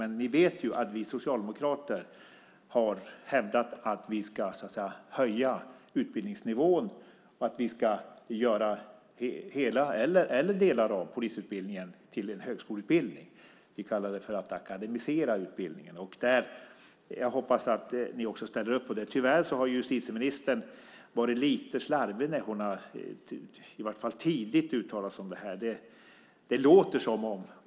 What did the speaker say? Men ni vet ju att vi socialdemokrater har hävdat att vi ska höja utbildningsnivån och att vi ska göra hela eller delar av polisutbildningen till en högskoleutbildning. Vi kallar det för att akademisera utbildningen. Jag hoppas att ni ställer upp på det. Tyvärr har justitieministern varit lite slarvig när hon, i varje fall tidigare, har uttalat sig om det här.